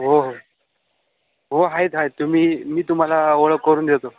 हो हो हो हायेत हाएत तुम्ही मी तुम्हाला ओळख करून देतो